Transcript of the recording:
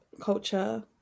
culture